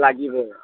লাগিব